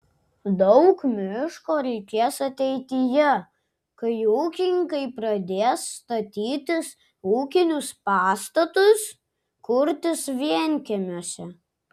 daug miško reikės ateityje kai ūkininkai pradės statytis ūkinius pastatus kurtis vienkiemiuose